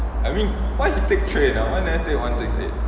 I mean why he take train ah why never take one six eight